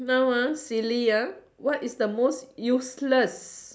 now ah silly ah what is the most useless